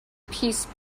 peace